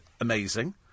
amazing